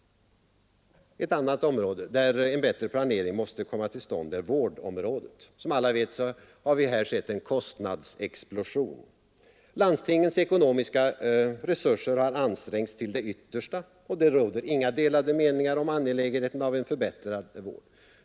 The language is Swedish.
Ett annat område där en mycket bättre planering måste komma till stånd är vårdområdet. Här har som alla vet skett en kostnadsexplosion. Landstingens ekonomiska resurser har ansträngts till det yttersta. Det råder inga delade meningar om angelägenheten av en förbättrad vård.